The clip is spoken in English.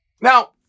Now